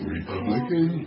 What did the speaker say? Republican